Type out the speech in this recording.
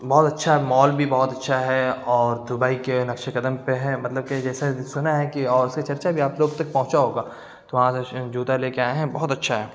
بہت اچھا مال بھی بہت اچھا ہے اور دبئی کے نقشِ قدم پہ ہے مطلب کہ جیسے سنا ہے کہ اور اس کا چرچا بھی آپ لوگ تک پہنچا ہوگا تو آج اس سے جوتا لے کے آئے ہیں بہت اچھا ہے